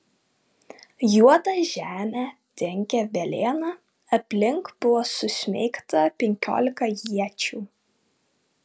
juodą žemę dengė velėna aplink buvo susmeigta penkiolika iečių